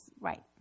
right